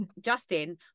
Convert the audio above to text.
Justin